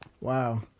wow